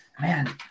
man